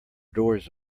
doors